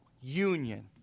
union